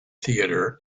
theatre